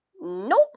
Nope